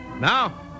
Now